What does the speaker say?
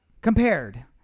compared